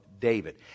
David